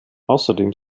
außerdem